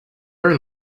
very